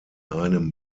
einem